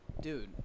dude